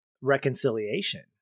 reconciliation